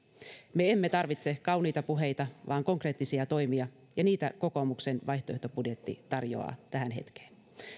me emme tarvitse kauniita puheita vaan konkreettisia toimia ja niitä kokoomuksen vaihtoehtobudjetti tarjoaa tähän hetkeen